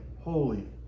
holy